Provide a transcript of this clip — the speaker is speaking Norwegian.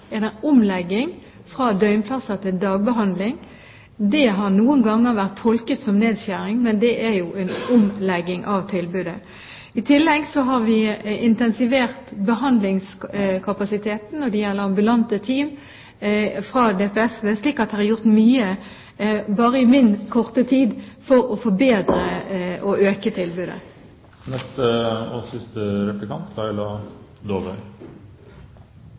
omlegging fra døgnplasser til dagbehandling. Det har noen ganger vært tolket som nedskjæring, men det er jo en omlegging av tilbudet. I tillegg har vi intensivert behandlingskapasiteten når det gjelder ambulante team fra DPS-ene. Så det er gjort mye bare i min korte tid for å forbedre og øke tilbudet. Tidlig hjelp og diagnostisering, som også representanten Sjøli var inne på, handler mitt spørsmål om. Det er